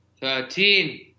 thirteen